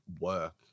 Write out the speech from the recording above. work